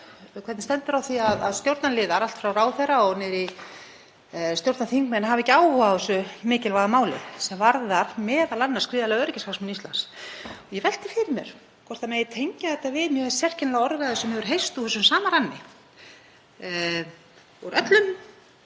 hvernig stendur á því að stjórnarliðar, allt frá ráðherra og niður í stjórnarþingmenn, hafa ekki áhuga á þessu mikilvæga máli sem varðar m.a. gríðarlega öryggishagsmuni Íslands. Ég velti því fyrir mér hvort það megi tengja þetta við mjög sérkennilega orðræðu sem hefur heyrst úr þessum sama ranni, úr öllum